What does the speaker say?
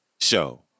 Show